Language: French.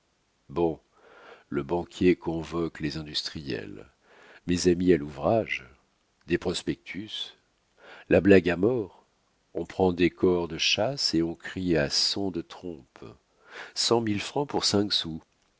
le banquier convoque les industriels mes amis à l'ouvrage des prospectus la blague à mort on prend des cors de chasse et on crie à son de trompe cent mille francs pour